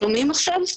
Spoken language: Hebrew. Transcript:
גליל ומעט יישובי